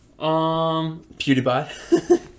PewDiePie